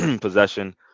possession